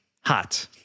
hot